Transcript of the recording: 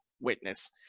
witness